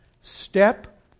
step